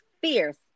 fierce